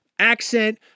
Accent